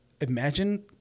imagine